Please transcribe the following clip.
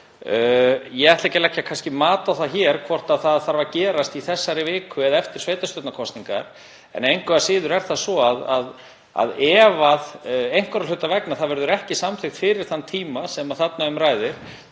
Ég ætla ekki að leggja mat á það hér hvort það þarf að gerast í þessari viku eða eftir sveitarstjórnarkosningar en engu að síður er það svo að ef einhverra hluta vegna það verður ekki samþykkt fyrir þann tíma sem þarna um ræðir